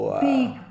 big